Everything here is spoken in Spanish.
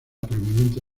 prominente